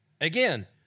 Again